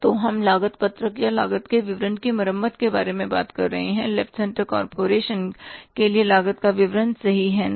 तो हम लागत पत्रक या लागत के विवरण की मरम्मत के बारे में बात कर रहे हैं लेफ्ट सेंटर कॉरपोरेशन के लिए लागत का विवरण सही है ना